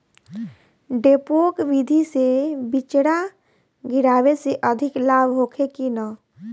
डेपोक विधि से बिचड़ा गिरावे से अधिक लाभ होखे की न?